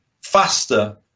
faster